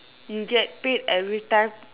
you get paid every time